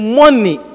money